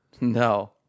No